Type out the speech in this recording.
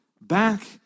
back